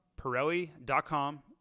Pirelli.com